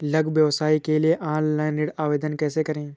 लघु व्यवसाय के लिए ऑनलाइन ऋण आवेदन कैसे करें?